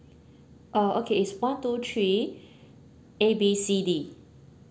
uh okay is one two three A B C D